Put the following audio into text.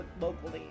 locally